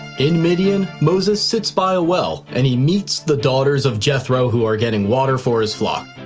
in midian, moses sits by a well and he meets the daughters of jethro who are getting water for his flock.